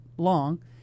long